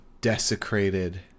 desecrated